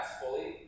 fully